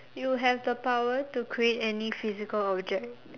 you have the power to create any physical object